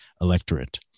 electorate